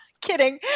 kidding